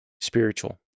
spiritual